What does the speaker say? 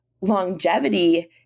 longevity